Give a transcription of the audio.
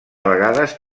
vegades